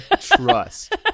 Trust